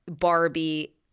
Barbie